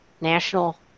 national